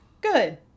Good